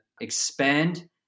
expand